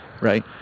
right